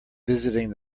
visiting